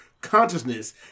Consciousness